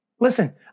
Listen